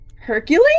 Hercules